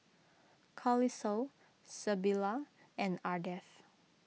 Carlisle Sybilla and Ardeth